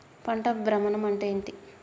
పంట భ్రమణం అంటే ఏంటి?